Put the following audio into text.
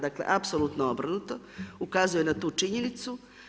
Dakle, apsolutno obrnuto, ukazuje na tu činjenicu.